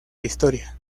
historia